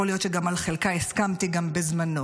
יכול להיות שגם על חלקה הסכמתי גם בזמנו,